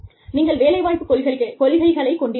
நீங்கள் வேலைவாய்ப்புக் கொள்கைகளை கொண்டிருக்கலாம்